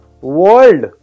world